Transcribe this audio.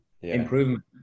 improvement